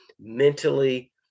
mentally